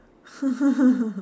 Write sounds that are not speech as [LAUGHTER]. [LAUGHS]